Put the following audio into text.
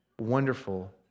wonderful